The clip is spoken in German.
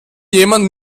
jemand